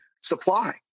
supply